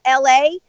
LA